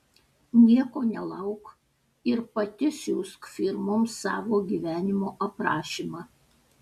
nieko nelauk ir pati siųsk firmoms savo gyvenimo aprašymą